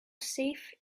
safe